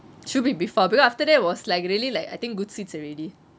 should be before because after that was like really like I think good seats already